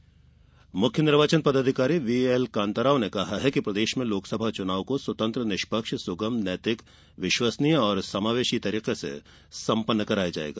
कांताराव मुख्य निर्वाचन पदाधिकारी व्हीएल कांता राव ने कहा है कि प्रदेश में लोकसभा चुनाव को स्वतंत्र निष्पक्ष सुगम नैतिक विश्वसनीय और समावेशी तरीके से संपन्न कराया जायेगा